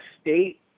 state